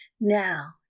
now